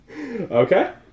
Okay